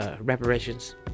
Reparations